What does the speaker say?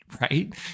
right